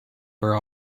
for